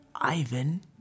ivan